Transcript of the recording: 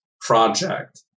project